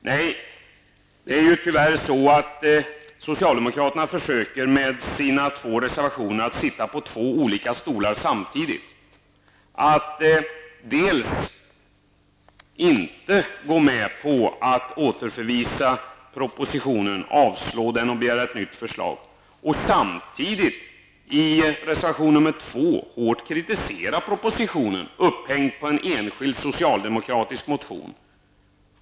Nej, det är tyvärr så att socialdemokraterna med sina två reservationer försöker sitta på två stolar samtidigt. Å ena sidan vill inte socialdemokraterna gå med på att återförvisa propositionen, avslå den och begära ett nytt förslag. Å andra sidan kritiserar de propositionen hårt i reservation 2, med utgångspunkt i en enskild socialdemokratisk motion.